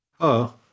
Hello